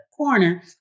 corner